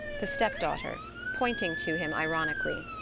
the step-daughter pointing to him ironically.